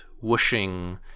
whooshing